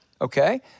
okay